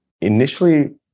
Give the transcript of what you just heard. initially